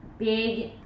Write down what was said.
Big